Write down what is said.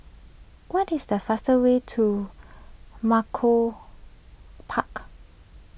what is the fastest way to Malcolm Park